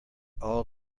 all